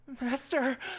Master